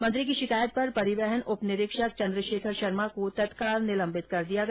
मंत्री की शिकायत पर परिवहन उप निरीक्षक चन्द्रशेखर शर्मा को तत्काल निलंबित कर दिया गया